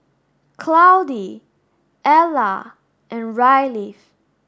Claudie Alla and Ryleigh